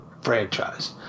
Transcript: franchise